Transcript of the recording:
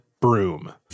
broom